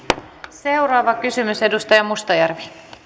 seuraava kysymys edustaja mustajärvi arvoisa